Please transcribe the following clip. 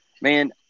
Man